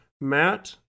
Matt